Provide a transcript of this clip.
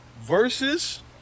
versus